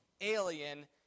alien